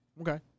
Okay